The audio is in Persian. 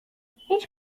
هیچ